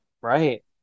Right